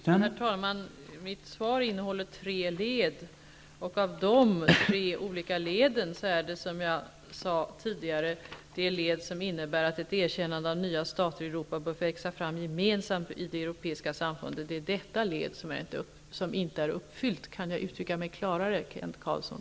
Herr talman! Mitt svar innehåller tre led, och av de tre olika leden är det som jag sade tidigare det led som innebär att ett erkännande av nya stater i Europa bör växa fram gemensamt i det europeiska samfundet som inte är uppfyllt. Kan jag uttrycka mig klarare, Kent Carlsson?